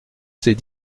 c’est